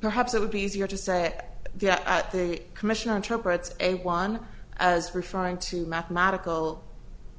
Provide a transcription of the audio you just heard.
perhaps it would be easier to say that the commission interprets a one as referring to mathematical